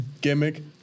gimmick